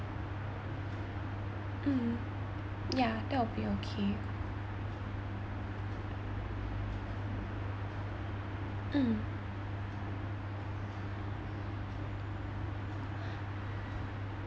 mmhmm yeah that'll be okay mm